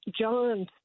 John